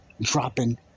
Dropping